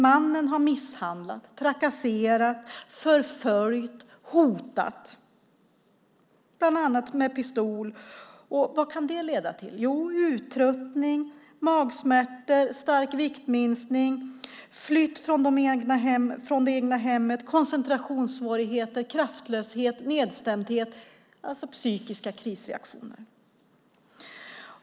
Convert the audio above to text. Mannen har misshandlat, trakasserat, förföljt och hotat, bland annat med pistol. Vad kan det leda till? Jo, uttröttning, magsmärtor, kraftig viktminskning, flytt från det egna hemmet, koncentrationssvårigheter, kraftlöshet, nedstämdhet - alltså psykiska krisreaktioner.